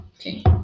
Okay